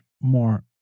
more